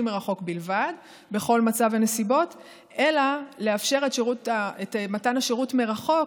מרחוק בלבד בכל מצב ונסיבות אלא לאפשר את מתן השירות מרחוק,